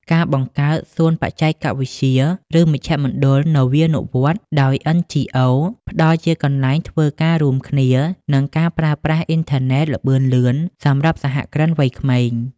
ការបង្កើត "សួនបច្ចេកវិទ្យា" ឬ "មជ្ឈមណ្ឌលនវានុវត្តន៍" ដោយ NGOs ផ្ដល់ជាកន្លែងធ្វើការរួមគ្នា និងការប្រើប្រាស់អ៊ីនធឺណិតល្បឿនលឿនសម្រាប់សហគ្រិនវ័យក្មេង។